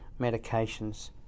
medications